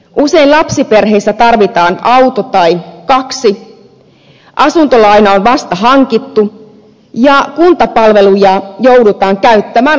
usein lapsiperheissä tarvitaan auto tai kaksi asuntolaina on vasta hankittu ja kuntapalveluja joudutaan käyttämään ahkerasti